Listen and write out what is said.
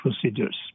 procedures